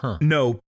No